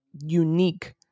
unique